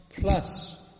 plus